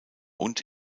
und